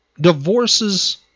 divorces